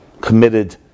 committed